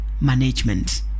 management